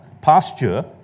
pasture